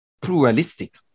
pluralistic